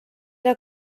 era